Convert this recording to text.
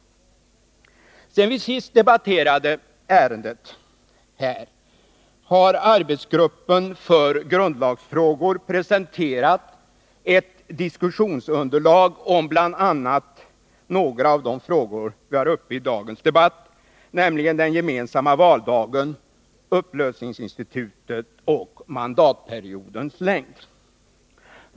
Efter det att vi senast debatterade ämnet här i kammaren har arbetsgruppen för grundlagsfrågor presenterat ett diskussionsunderlag som rör bl.a. några av de frågor vi har uppe i dagens debatt, nämligen den gemensamma valdagen, upplösningsinstitutet och mandatperiodens längd.